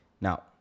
Now